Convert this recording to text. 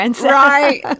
Right